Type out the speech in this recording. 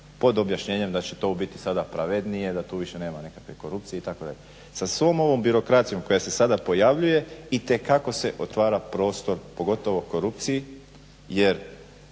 pod objašnjenjem da će to ubiti sada pravednije, da tu više nema nekakve korupcije itd. Sa svom ovom birokracijom koja se sada pojavljuje itekako se otvara prostor, mislim kad